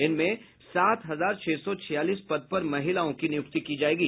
इनमें सात हजार छह सौ छियालीस पद पर महिलाओं की नियुक्ति की जायेगी